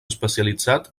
especialitzat